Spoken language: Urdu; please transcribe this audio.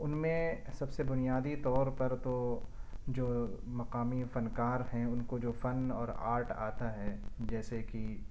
ان میں سب سے بنیادی طور پر تو جو مقامی فنکار ہیں ان کو جو فن اور آرٹ آتا ہے جیسے کہ